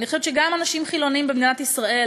אני חושבת שגם אנשים חילונים במדינת ישראל